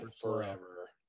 forever